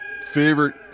favorite